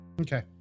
Okay